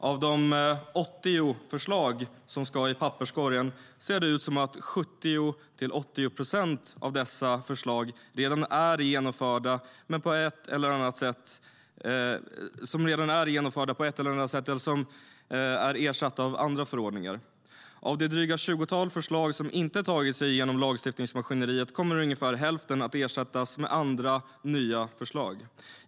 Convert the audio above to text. Av de 80 förslag som ska i papperskorgen ser det ut som att 70-80 procent redan är genomförda på ett eller annat sätt eller ersatta av andra förordningar. Av det dryga tjugotal föreslag som inte tagit sig igenom lagstiftningsmaskineriet kommer ungefär hälften att ersättas med andra, nya förslag.